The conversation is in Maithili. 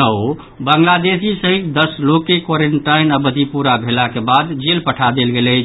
नओ बांग्लादेशी सहित दस लोक के क्वारेनटाइन अवधि पूरा भेलाक बाद जेल पठा देल गेल अछि